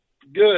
Good